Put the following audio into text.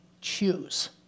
choose